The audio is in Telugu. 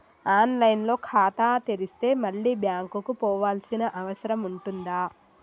ఆన్ లైన్ లో ఖాతా తెరిస్తే మళ్ళీ బ్యాంకుకు పోవాల్సిన అవసరం ఉంటుందా?